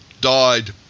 died